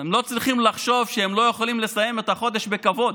הם לא צריכים לחשוב שהם לא יכולים לסיים את החודש בכבוד,